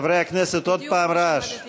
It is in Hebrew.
חברי הכנסת, עוד פעם רעש.